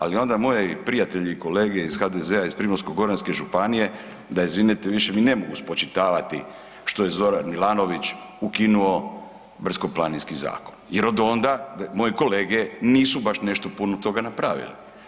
Ali onda moji prijatelji i kolege iz HDZ-a iz Primorsko-goranske županije da izvinete više mi ne mogu spočitavati što je Zoran Milanović ukinuo Brdsko-planinski zakon, jer od onda moje kolege nisu baš nešto puno toga napravile.